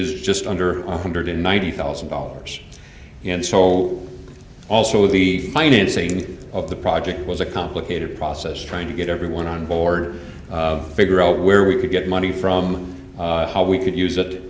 is just under one hundred ninety thousand dollars in seoul also the financing of the project was a complicated process trying to get everyone on board figure out where we could get money from how we could use